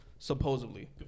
Supposedly